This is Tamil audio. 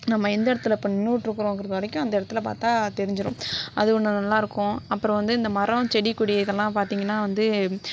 நம்ம எந்த இடத்துல இப்போ நின்றுக்கிட்டு இருக்கிறோம்ங்கிறது வரைக்கும் அந்த இடத்துல பார்த்தா தெரிஞ்சிடும் அது ஒன்று நல்லா இருக்கும் அப்புறம் வந்து இந்த மரம் செடி கொடி இதெல்லாம் பார்த்திங்கனா வந்து